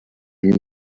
him